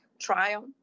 trial